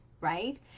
right